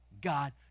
God